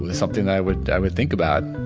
and something i would, i would think about.